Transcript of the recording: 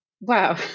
Wow